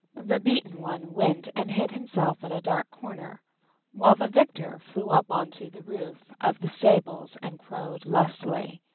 the beaten one went and hid himself in a dark corner while the victor flew up on to the roof of the stables and crowed lustily.